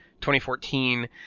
2014